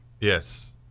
Yes